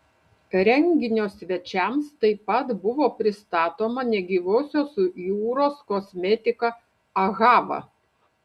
renginio svečiams taip pat buvo pristatoma negyvosios jūros kosmetika ahava